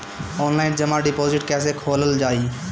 Online जमा deposit कैसे खोलल जाइ?